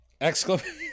Exclamation